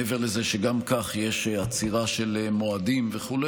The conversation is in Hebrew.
מעבר לזה שגם כך יש עצירה של מועדים וכו',